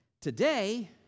Today